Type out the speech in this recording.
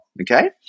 okay